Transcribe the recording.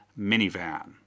minivan